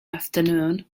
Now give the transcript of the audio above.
afternoon